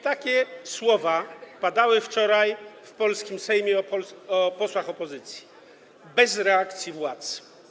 takie słowa padały wczoraj w polskim Sejmie o posłach opozycji, bez reakcji władz.